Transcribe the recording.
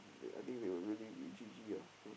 they I think they will really G_G ah